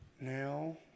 Now